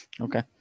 Okay